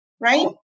right